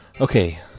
Okay